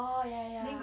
orh ya ya ya